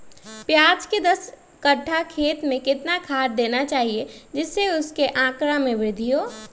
प्याज के दस कठ्ठा खेत में कितना खाद देना चाहिए जिससे उसके आंकड़ा में वृद्धि हो?